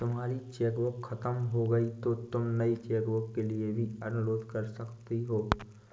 तुम्हारी चेकबुक खत्म हो गई तो तुम नई चेकबुक के लिए भी अनुरोध कर सकती हो